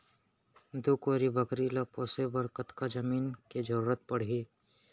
दू कोरी बकरी ला पोसे बर कतका जमीन के जरूरत पढही?